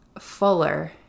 fuller